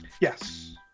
Yes